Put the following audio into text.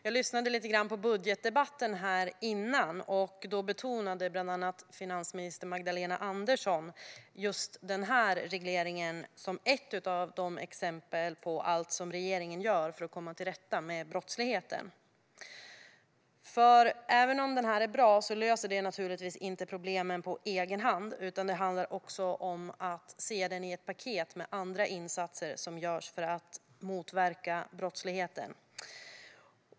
Jag lyssnade lite grann på budgetdebatten tidigare i dag, och då betonade bland andra finansminister Magdalena Andersson just denna reglering som ett exempel på allt som regeringen gör för att komma till rätta med brottsligheten. Även om detta är bra löser förslaget naturligtvis inte problemen på egen hand, utan det handlar också om att se det i ett paket tillsammans med andra insatser som görs för att motverka brottsligheten.